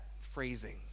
phrasing